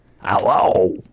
Hello